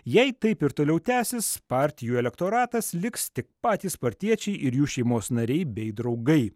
jei taip ir toliau tęsis partijų elektoratas liks tik patys partiečiai ir jų šeimos nariai bei draugai